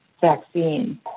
vaccine